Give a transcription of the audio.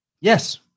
Yes